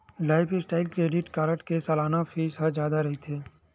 lifestyle credit card के सलाना fees ह जादा रहिथे